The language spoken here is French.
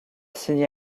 signé